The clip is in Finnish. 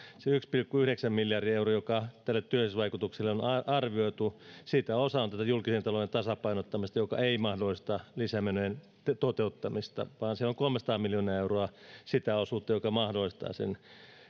siitä yhdestä pilkku yhdeksästä miljardista eurosta joka tälle työllisyysvaikutukselle on on arvioitu osa on tätä julkisen talouden tasapainottamista joka ei mahdollista lisämenojen toteuttamista vaan se on kolmesataa miljoonaa euroa sitä osuutta joka mahdollistaa sen